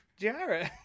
Jarrett